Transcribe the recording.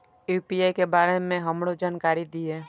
UPI के बारे में हमरो जानकारी दीय?